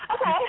Okay